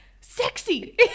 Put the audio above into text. sexy